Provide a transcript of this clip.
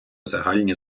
загальні